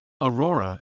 Aurora